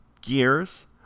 Gears